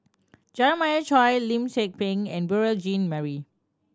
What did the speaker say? Jeremiah Choy Lim Tze Peng and Beurel Jean Marie